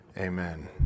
Amen